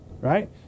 Right